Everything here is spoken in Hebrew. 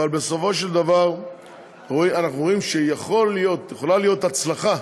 אבל בסופו של דבר אנחנו רואים שיכולה להיות הצלחה